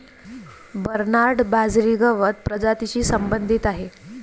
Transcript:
Bernard बाजरी गवत प्रजातीशी संबंधित आहे